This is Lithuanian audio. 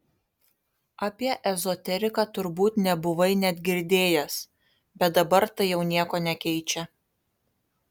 apie ezoteriką turbūt nebuvai net girdėjęs bet dabar tai jau nieko nekeičia